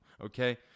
Okay